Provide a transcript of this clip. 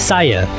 Saya